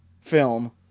film